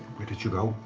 did you go?